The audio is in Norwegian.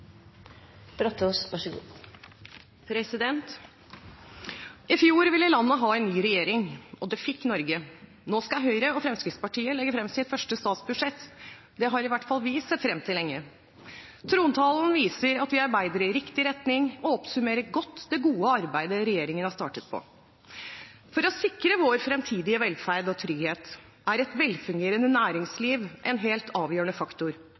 det fikk Norge. Nå skal Høyre og Fremskrittspartiet legge frem sitt første statsbudsjett. Det har i hvert fall vi sett frem til lenge. Trontalen viser at vi arbeider i riktig retning, og oppsummerer godt det gode arbeidet regjeringen har startet på. For å sikre vår fremtidige velferd og trygghet er et velfungerende næringsliv en helt avgjørende faktor